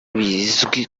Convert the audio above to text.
bizwi